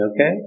okay